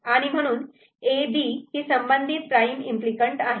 आणि म्हणून A B ही संबंधित प्राईम इम्पली कँट आहे